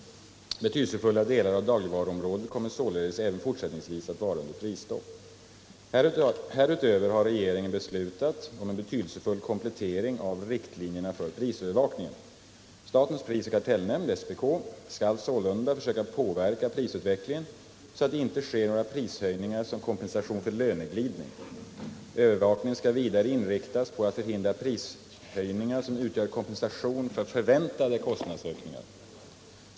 Betydelsefulla delar av dagligvaruområdet kommer således även fortsättningsvis att vara under prisstopp. Härutöver har regeringen beslutat om en betydelsefull komplettering av riktlinjerna för prisövervakningen. Statens prisoch kartellnämnd skall sålunda försöka påverka prisutvecklingen, så att det inte sker några prishöjningar som kompensation för löneglidning. Övervakningen skall vidare inriktas på att förhindra prishöjningar som utgör kompensation för förväntade kostnadsökningar.